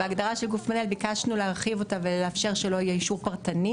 בהגדרה של גוף מנהל ביקשנו להרחיב אותה ולאפשר שלא יהיה אישור פרטני,